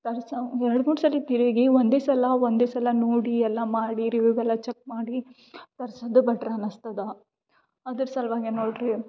ತರ್ಸೀವ್ ಎರಡು ಮೂರು ಸಲ ತಿರುಗಿ ಒಂದೆ ಸಲ ಒಂದೆ ಸಲ ನೋಡಿ ಎಲ್ಲ ಮಾಡಿ ರಿವ್ಯೂವ್ ಎಲ್ಲ ಚಕ್ ಮಾಡಿ ತರ್ಸೋದು ಬೆಟ್ರ್ ಅನಿಸ್ತದ ಅದ್ರ ಸಲುವಾಗೆ ನೋಡ್ರಿ